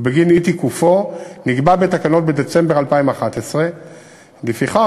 ובגין אי-תיקופו נקבע בתקנות בדצמבר 2011. לפיכך